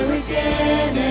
again